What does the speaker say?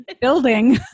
building